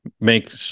make